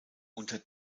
unter